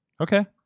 Okay